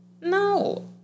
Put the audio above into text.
No